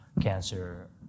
cancer